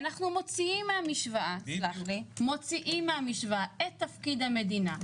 ואנחנו מוציאים מהמשוואה את תפקיד המדינה,